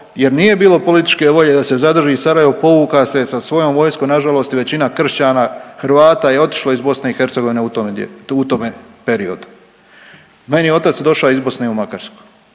jer nije bilo političke volje da se zadrži Sarajevo, povukao se sa svojom vojskom nažalost i većina kršćana, Hrvata je otišlo iz BiH u tome periodu. Meni je otac došao iz Bosne u Makarsku